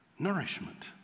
nourishment